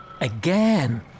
Again